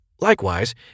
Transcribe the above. Likewise